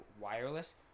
Wireless